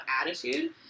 attitude